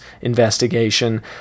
investigation